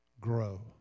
grow